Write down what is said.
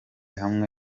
hamwe